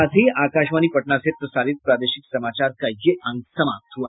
इसके साथ ही आकाशवाणी पटना से प्रसारित प्रादेशिक समाचार का ये अंक समाप्त हुआ